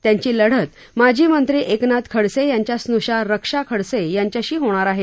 त्यांची लढत माजी मंत्री एकनाथ खडसे यांच्या स्न्षा रक्षा खडसे यांच्याशी होणार आहे